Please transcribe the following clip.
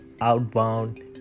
outbound